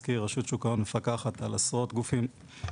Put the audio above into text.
אני מזכיר: רשות שוק ההון מפקחת על עשרות גופים מוסדיים,